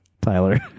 Tyler